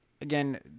again